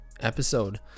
episode